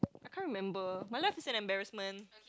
I can't remember my life is an embarrassment